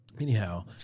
anyhow